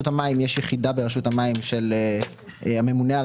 יש יחידה ברשות המים של הממונה על